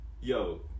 yo